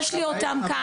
יש לי אותם כאן.